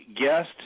guest